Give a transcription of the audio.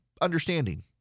understanding